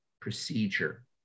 procedure